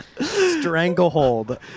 Stranglehold